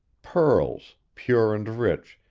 pearls, pure and rich,